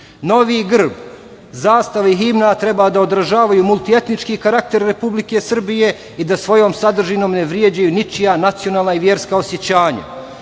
Novi grb, zastava i himna treba da odražavaju multietnički karakter Republike Srbije i da svojom sadržinom ne vređaju ničija nacionalna i verska osećanja. Vlada